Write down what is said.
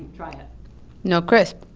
try it no crisp